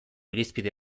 irizpide